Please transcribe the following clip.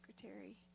secretary